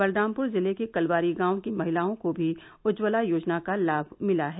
बलरामपुर जिले के कलवारी गांव की महिलाओं को भी उज्ज्वला योजना का लाभ मिला है